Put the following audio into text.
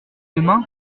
demain